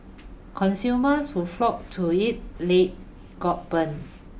consumers who flocked to it late got burned